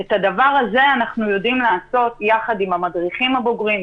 את הדבר הזה אנחנו יודעים לעשות ביחד עם המדריכים הבוגרים,